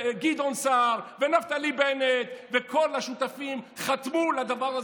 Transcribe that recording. וגדעון סער ונפתלי בנט וכל השותפים חתמו על הדבר הזה,